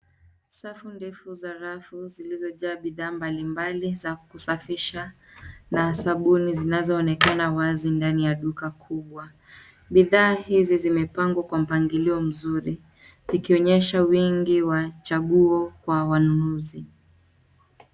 Safu ndefu za rafu zilozojaa bidhaa mbalimbali za kusafisha na sabuni zinazoonekana wazi ndani ya duka kubwa. Bidhaa hizi zimepangwa Kwa mpangilio mzuri, zikionyesha wingi wa chaguo Kwa wanunuzi.